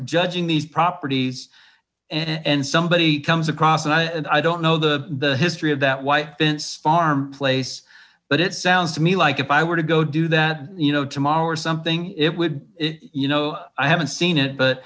judging these properties and somebody comes across and i don't know the history of that white fence farm place but it sounds to me like if i were to go do that you know tomorrow or something it would you know i haven't seen it but